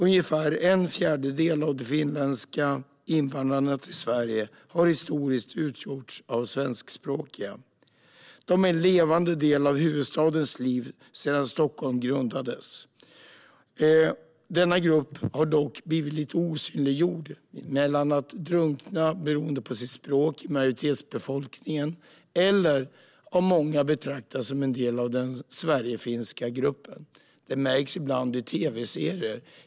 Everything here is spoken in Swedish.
Ungefär en fjärdedel av de finländska invandrarna till Sverige har historiskt utgjorts av svenskspråkiga. De är en levande del av huvudstadens liv sedan Stockholm grundandes. Denna grupp har dock blivit lite osynliggjord och hamnar mellan stolarna beroende på språket, som i stor utsträckning är detsamma som majoritetsbefolkningens, och betraktas dessutom av många som en del av den sverigefinska gruppen. Det märks ibland i tv-serier.